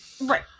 Right